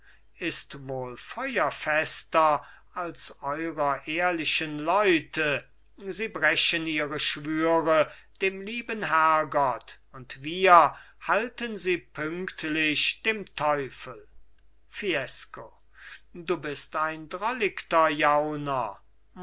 ist wohl feuerfester als eurer ehrlichen leute sie brechen ihre schwüre dem lieben herrgott wir halten sie pünktlich dem teufel fiesco du bist ein drolligter jauner